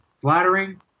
flattering